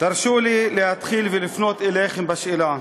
תרשו לי להתחיל ולפנות אליכם בשאלה: